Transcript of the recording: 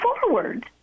forward